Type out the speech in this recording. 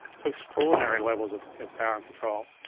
so extraordinary levels of power and control.